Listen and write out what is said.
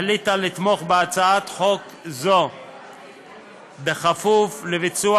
החליטה לתמוך בהצעת חוק זו בכפוף לביצוע